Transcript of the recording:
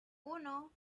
uno